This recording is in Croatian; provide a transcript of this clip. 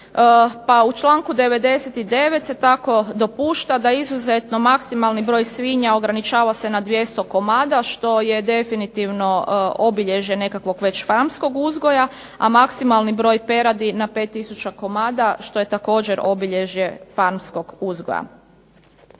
u članku 99. se tako dopušta da izuzetno maksimalni broj svinja ograničava se na 200 komada, što je definitivno obilježje već nekakvog farmskog uzgoja, a maksimalni broj peradi na 5000 komada što je također obilježje farmskog uzgoja.